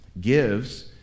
gives